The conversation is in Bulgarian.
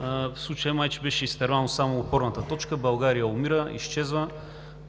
В случая май беше изтървана само опорната точка – „България умира, изчезва…“,